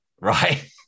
right